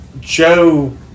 Joe